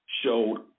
showed